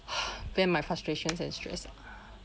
vent my frustrations and stress ah